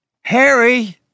Harry